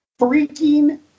freaking